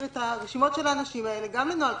את רשימות האנשים האלה גם לנוהל כספת?